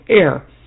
Air